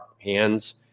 hands